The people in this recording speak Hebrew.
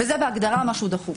וזה בהגדרה משהו דחוף.